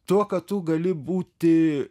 tuo kad tu gali būti